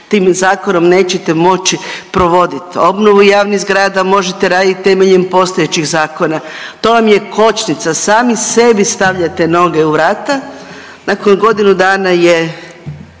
tim zakonom nećete moći provodit obnovu javnih zgrada, a možete radit temeljem postojećih zakona, to vam je kočnica, sami sebi stavljate noge u vrata nakon godinu dana je